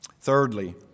Thirdly